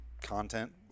content